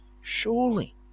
Surely